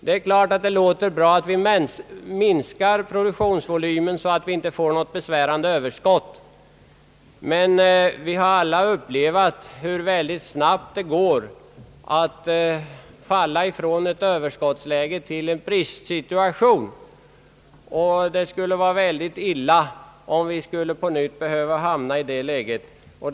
Det låter naturligtvis bra att vi skall minska produktionsvolymen så att vi inte får ett besvärande överskott, men vi har ju alla upplevt hur snabbt det ibland kan gå att falla från ett överskottsläge till en bristsituation. Det skulle vara mycket illa om vi på nytt behövde hamna i det läget.